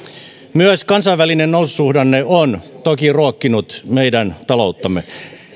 myös kansainvälinen noususuhdanne on toki ruokkinut meidän talouttamme